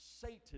Satan